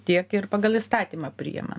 tiek ir pagal įstatymą priima